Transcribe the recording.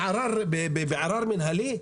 בערר מינהלי?